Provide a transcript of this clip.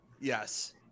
Yes